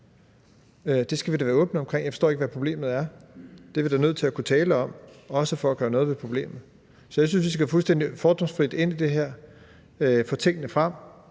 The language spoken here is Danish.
Det skal vi da være åbne omkring. Jeg forstår ikke, hvad problemet er. Det er vi da nødt til at kunne tale om, også for at gøre noget ved problemet. Så jeg synes, at vi skal gå fuldstændig fordomsfrit ind i det her, få tingene frem